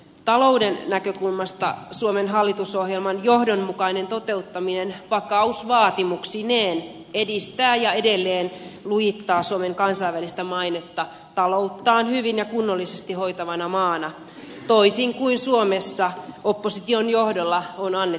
talouden näkökulmasta suomen hallitusohjelman johdonmukainen toteuttaminen vakausvaatimuksineen edistää ja edelleen lujittaa suomen kansainvälistä mainetta talouttaan hyvin ja kunnollisesti hoitavana maana toisin kuin suomessa opposition johdolla on annettu ymmärtää